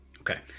Okay